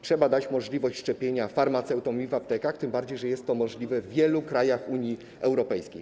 Trzeba dać możliwość szczepienia farmaceutom w aptekach, tym bardziej że jest to możliwe w wielu krajach Unii Europejskiej.